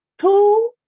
two